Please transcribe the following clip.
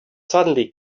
suddenly